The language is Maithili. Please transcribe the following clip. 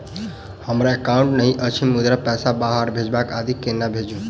हमरा एकाउन्ट नहि अछि मुदा पैसा बाहर भेजबाक आदि केना भेजू?